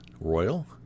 Royal